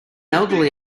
elderly